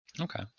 okay